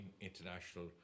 international